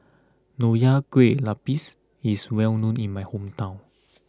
Nonya Kueh Lapis is well known in my hometown